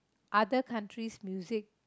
other countries' music